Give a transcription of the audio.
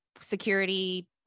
security